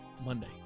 Monday